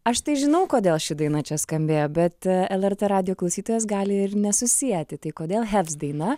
aš tai žinau kodėl ši daina čia skambėjo bet lrt radijo klausytojas gali ir nesusieti tai kodėl hevs daina